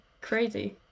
crazy